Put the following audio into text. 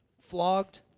flogged